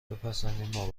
بپسندین